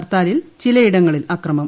ഹർത്താലിൽ ചിലയിടങ്ങളിൽ അക്രമം